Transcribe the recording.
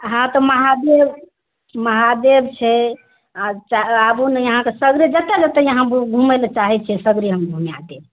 हँ तऽ महादेब महादेब छै आ आबू ने अहाँके सागरे जतऽ जतऽ अहाँ घूमे लै चाहैत छियै सगरे हम घूमा देब